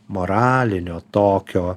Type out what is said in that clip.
moralinio tokio